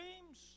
dreams